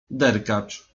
derkacz